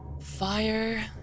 Fire